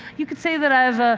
you can say that i have ah